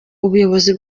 ubuyobozi